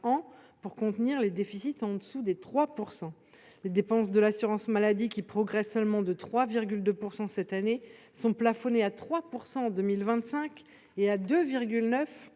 pour contenir les déficits en dessous des 3 %. Les dépenses de l’assurance maladie qui progressent seulement de 3,2 % cette année sont plafonnées à 3 % en 2025 et à 2,9